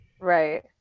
Right